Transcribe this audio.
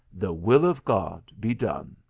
the will of god be done!